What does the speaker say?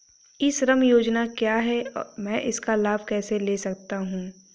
ई श्रम योजना क्या है मैं इसका लाभ कैसे ले सकता हूँ?